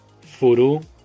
furu